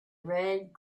red